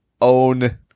own